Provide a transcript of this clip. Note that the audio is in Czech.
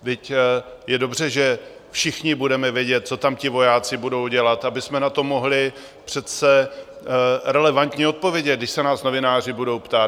Vždyť je dobře, že všichni budeme vědět, co tam ti vojáci budou dělat, abychom na to mohli přece relevantně odpovědět, když se nás novináři budou ptát.